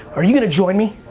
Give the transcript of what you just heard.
are you gonna join me?